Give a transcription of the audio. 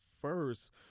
first